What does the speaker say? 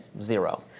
Zero